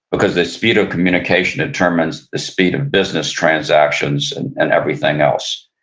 because the speed of communication determines the speed of business transactions and and everything else.